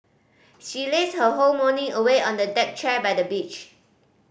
she lazed her whole morning away on a deck chair by the beach